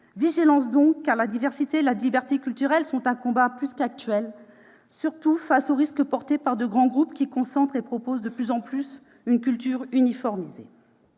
vigilance, car la diversité et la liberté culturelles sont un combat plus qu'actuel, surtout face au risque porté par de grands groupes qui concentrent l'offre et proposent de plus en plus une culture uniformisée.